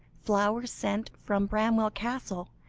flowers sent from bramwell castle,